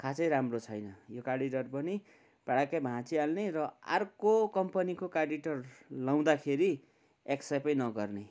खासै राम्रो छैन यो कार्ड रिडर पनि पड्याक्कै भाचिँहाल्ने र अर्को कम्पनीको कार्ड रिडर लाउँदाखेरि एक्सेप्टै नगर्ने